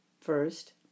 First